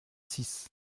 six